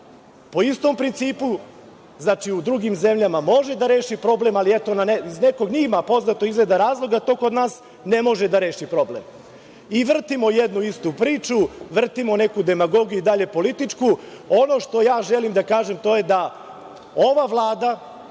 po istom principu. Znači, u drugim zemljama može da reši problem, a iz nekog njima poznatog razloga to kod nas ne može da reši problem. I vrtimo jednu istu priču, vrtimo neku demagogiju, itd. Ono što ja želim da kažem jeste da ova Vlada